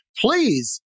please